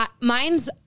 Mine's